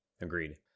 Agreed